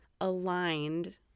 aligned